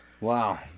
Wow